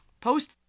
post